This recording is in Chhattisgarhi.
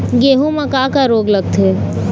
गेहूं म का का रोग लगथे?